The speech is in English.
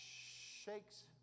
shakes